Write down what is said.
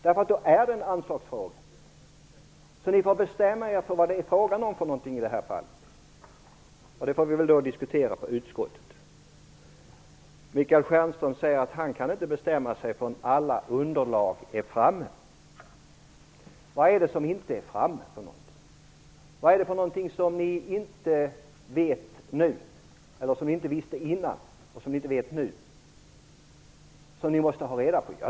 Då är det nämligen en anslagsfråga. Ni får bestämma er för vad det är för någonting, och det får vi diskutera i utskottet. Michael Stjernström säger att han inte kan bestämma sig förrän allt underlag är framme. Vad är det som inte är framme? Vad är det som vi inte visste innan och som vi inte heller vet nu, men som ni måste ha reda på?